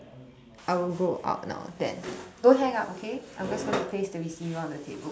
I will go out now then don't hang up okay I'm just going to place the receiver on the table